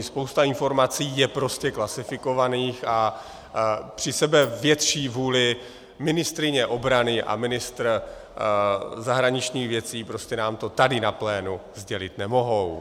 Spousta informací je prostě klasifikovaných a při sebevětší vůli ministryně obrany a ministr zahraničních věcí nám to tady na plénu sdělit nemohou.